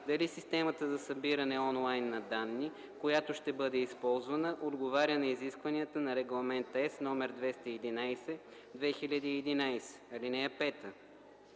дали системата за събиране онлайн на данни, която ще бъде използвана, отговаря на изискванията на Регламент (ЕС) № 211/2011. (5)